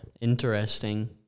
Interesting